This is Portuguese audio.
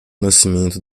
nascimento